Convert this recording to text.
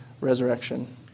resurrection